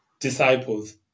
disciples